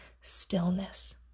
stillness